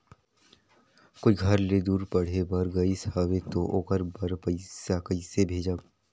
कोई घर ले दूर पढ़े बर गाईस हवे तो ओकर बर पइसा कइसे भेजब?